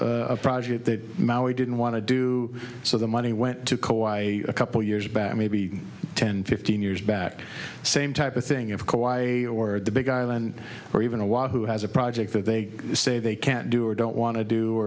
had a project that maui didn't want to do so the money went to co op a couple years back maybe ten fifteen years back same type of thing of quiet or the big island or even a while who has a project that they say they can't do or don't want to do